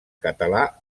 català